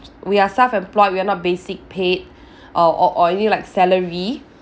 we are self-employed we're not basic paid uh or or any like salary